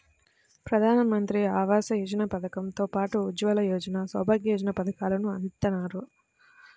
ప్రధానమంత్రి ఆవాస యోజన పథకం తో పాటు ఉజ్వల యోజన, సౌభాగ్య యోజన పథకాలను అందిత్తన్నారు